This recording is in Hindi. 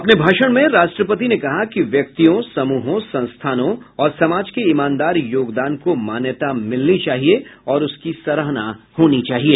अपने भाषण में राष्ट्रपति ने कहा कि व्यक्तियों समूहों संस्थानों और समाज के ईमानदार योगदान को मान्यता मिलनी चाहिए और उसकी सराहना होनी चाहिए